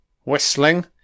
whistling